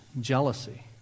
jealousy